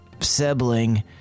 sibling